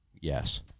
Yes